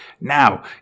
Now